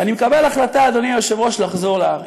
ואני מקבל החלטה, אדוני היושב-ראש, לחזור לארץ.